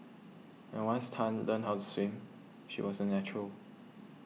and once Tan learnt how to swim she was a natural